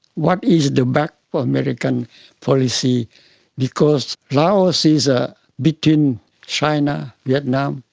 what is the back american policy because laos is ah between china, vietnam,